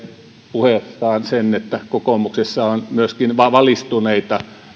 puheessaan sen että kokoomuksessa on myöskin valistuneita